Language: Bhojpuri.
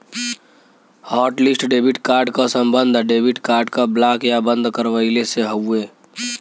हॉटलिस्ट डेबिट कार्ड क सम्बन्ध डेबिट कार्ड क ब्लॉक या बंद करवइले से हउवे